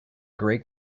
great